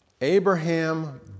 Abraham